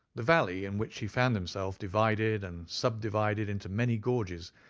the valley in which he found himself divided and sub-divided into many gorges,